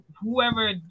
whoever